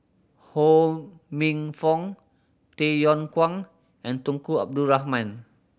Ho Minfong Tay Yong Kwang and Tunku Abdul Rahman